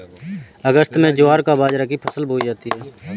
अगस्त में ज्वार बाजरा की फसल बोई जाती हैं